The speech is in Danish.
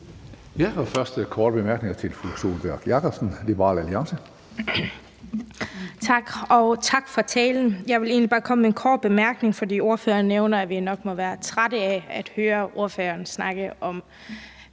første korte bemærkning er til fru Sólbjørg Jakobsen, Liberal Alliance. Kl. 15:06 Sólbjørg Jakobsen (LA): Tak, og tak for talen. Jeg vil egentlig bare komme med en kort bemærkning, for ordføreren nævner, at vi nok må være trætte af at høre ordføreren snakke om